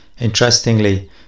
Interestingly